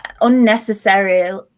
unnecessary